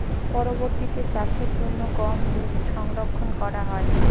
পরবর্তিতে চাষের জন্য গম বীজ সংরক্ষন করা হয়?